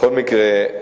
בכל מקרה,